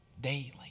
daily